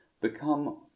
become